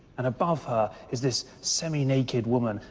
and above her is this semi-naked woman,